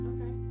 Okay